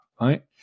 right